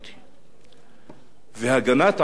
והגנת העורף, גברתי היושבת-ראש,